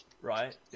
right